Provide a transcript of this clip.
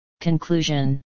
Conclusion